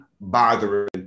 bothering